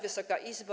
Wysoka Izbo!